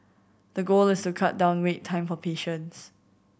the goal is to cut down wait time for patients